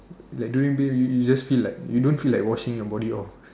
like during bathing you just feel like you don't feel like washing your body off